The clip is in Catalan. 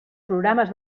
programes